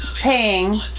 paying